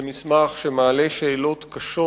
זה מסמך שמעלה שאלות קשות,